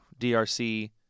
DRC